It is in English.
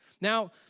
Now